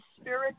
spirit